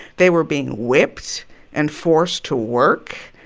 they were being whipped and forced to work.